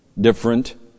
different